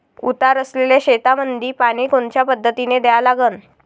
उतार असलेल्या शेतामंदी पानी कोनच्या पद्धतीने द्या लागन?